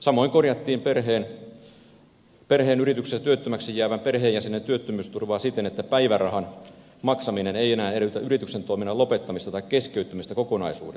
samoin korjattiin perheen yrityksestä työttömäksi jäävän perheenjäsenen työttömyysturvaa siten että päivärahan maksaminen ei enää edellytä yrityksen toiminnan lopettamista tai keskeytymistä kokonaisuudessaan